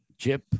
Chip